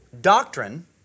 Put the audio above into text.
doctrine